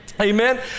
Amen